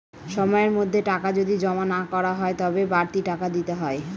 সময়ের মধ্যে টাকা যদি জমা না করা হয় তবে বাড়তি টাকা দিতে হয়